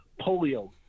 polio